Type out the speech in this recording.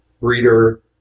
breeder